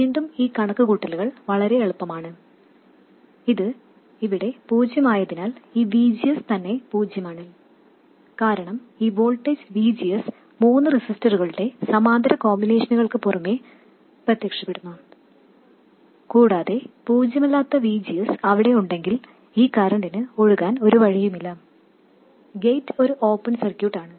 വീണ്ടും ഈ കണക്കുകൂട്ടൽ വളരെ എളുപ്പമാണ് ഇത് ഇവിടെ ഇത് പൂജ്യമായതിനാൽ ഈ VGS തന്നെ പൂജ്യമാണ് കാരണം ഈ വോൾട്ടേജ് VGS മൂന്ന് റെസിസ്റ്ററുകളുടെ സമാന്തര കോമ്പിനേഷനുകൾക്ക് കുറുകേ പ്രത്യക്ഷപ്പെടുന്നു കൂടാതെ പൂജ്യമല്ലാത്ത VGS അവിടെ ഉണ്ടെങ്കിൽ ഈ കറൻറിന് ഒഴുകാൻ ഒരു വഴിയുമില്ല ഗേറ്റ് ഒരു ഓപ്പൺ സർക്യൂട്ട് ആണ്